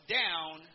down